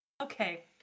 Okay